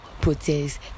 protests